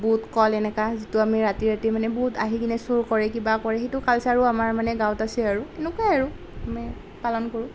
বুট কল এনেকুৱা যিটো আমি ৰাতি ৰাতি মানে বহুত আহি কিনি চুৰ কৰে কিবা কৰে সেইটো কালচাৰো আমাৰ মানে গাঁৱত আছে আৰু তেনেকুৱাই আৰু মানে পালন কৰোঁ